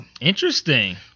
interesting